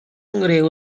nghriw